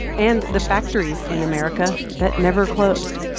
and the factories in america that never closed.